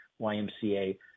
YMCA